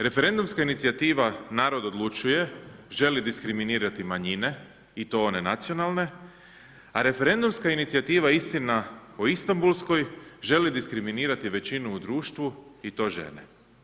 Referendumska inicijativa Narod odlučuje želi diskriminirati manjine i to one nacionalne, a Referendumska inicijativa Istina o Istanbulskoj želi diskriminirati većinu u društvu i to žene.